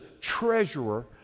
treasurer